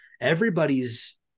everybody's